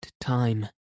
time